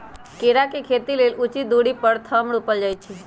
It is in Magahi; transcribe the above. केरा के खेती लेल उचित दुरी पर थम रोपल जाइ छै